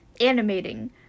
animating